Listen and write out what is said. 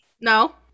No